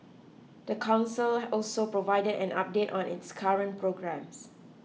the council also provided an update on its current programmes